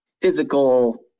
physical